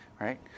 right